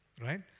right